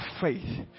faith